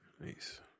Nice